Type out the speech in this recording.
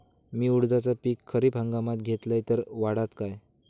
मी उडीदाचा पीक खरीप हंगामात घेतलय तर वाढात काय?